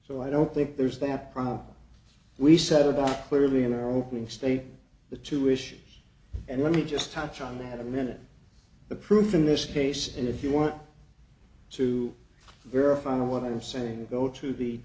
so i don't think there's that problem we said about clearly in our opening statement the tuition and let me just touch on that a minute the proof in this case and if you want to verify what i'm saying go to the